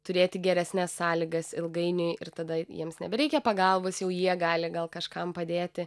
turėti geresnes sąlygas ilgainiui ir tada jiems nebereikia pagalbos jau jie gali gal kažkam padėti